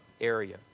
area